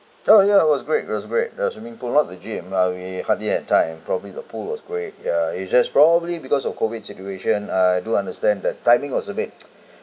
oh yeah it was great it was great the swimming pool not the gym uh we hardly at time probably the pool was great ya it's just probably because of COVID situation I do understand that timing was a bit